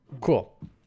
Cool